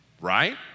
Right